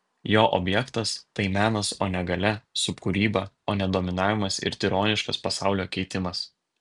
jo objektas tai menas o ne galia subkūryba o ne dominavimas ir tironiškas pasaulio keitimas